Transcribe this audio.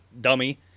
dummy